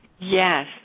Yes